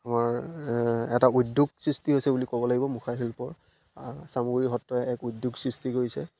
আমাৰ এটা উদ্যোগ সৃষ্টি হৈছে বুলি ক'ব লাগিব মুখা শিল্পৰ চামগুৰি সত্ৰই এক উদ্যোগ সৃষ্টি কৰিছে